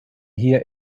hier